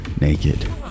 Naked